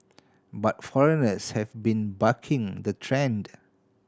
but foreigners have been bucking the trend